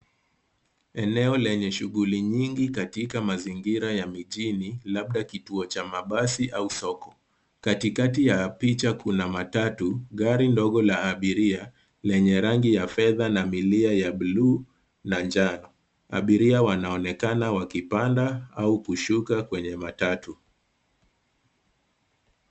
Eneo yenye shughuli nyingi katika mazingira ya mijini labda kituo cha mabasi au soko. Katikati ya picha kuna matatu, gari ndogo la abiria lenye rangi ya fedha na milia ya bluu na njano. Abiria wanaonekana wakipanda au kushuka kwenye matatu